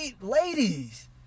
Ladies